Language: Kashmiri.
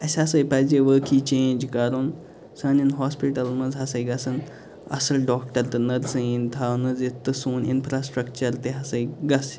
اسہِ ہسا پَزِ وٲقعٕے چینٛج کَرُن سانٮ۪ن ہاسپِٹَلَن منٛز ہسا گژھَن اصٕل ڈاکٹر تہٕ نٔرسٕہ یِنۍ تھاونہٕ تہٕ سوٗن اِنفراسِٹرَکچَر تہِ ہسا گژھہِ